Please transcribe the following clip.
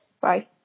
bye